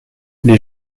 les